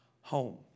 home